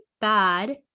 bad